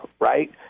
right